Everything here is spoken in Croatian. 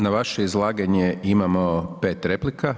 Na vaše izlaganje imamo 5 replika.